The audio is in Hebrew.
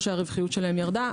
שאומרים שהרווחיות שלהם ירדה.